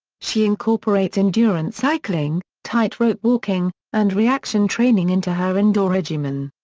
she incorporates endurance cycling, tight-rope walking, and reaction training into her indoor regimen.